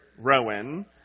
Rowan